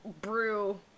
brew